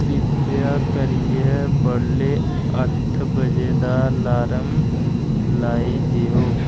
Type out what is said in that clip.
किरपेआ करियै बड्डलै अट्ठ बजे दा अलार्म लाई देओ